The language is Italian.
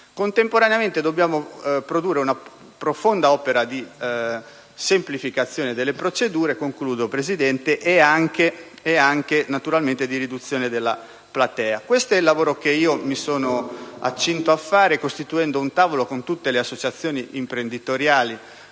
Contemporaneamente, dobbiamo produrre una profonda opera di semplificazione delle procedure e anche, naturalmente, di riduzione della platea. Questo è il lavoro che ho iniziato a fare, anche con la costituzione di un tavolo con tutte le associazioni imprenditoriali